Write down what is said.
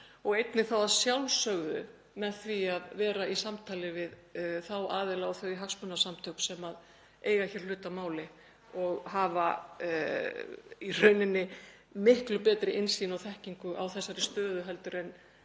og einnig þá að sjálfsögðu með því að vera í samtali við þá aðila og þau hagsmunasamtök sem eiga hér hlut að máli og hafa miklu betri innsýn og þekkingu á þessari stöðu en